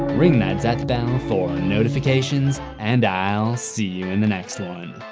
ring that deathbell for and notifications and i'll see you in the next one.